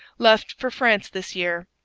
left for france this year.